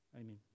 Amen